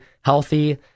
healthy